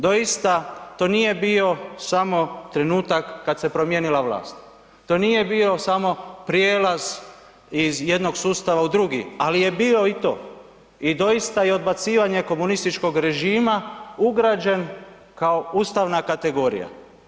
Doista, to nije bio samo trenutak kad se promijenila vlast, to nije bio samo prijelaz iz jednog sustava u drugi, ali je bio i to i doista i odbacivanje komunističkog režima ugrađen kao ustavna kategorija.